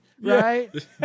right